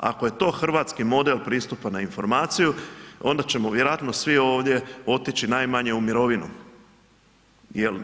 Ako je to hrvatski model pristupa na informaciju onda ćemo vjerojatno svi ovdje otići najmanje u mirovinu, jer